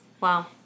Wow